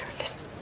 this.